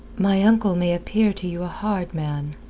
my uncle may appear to you a hard man.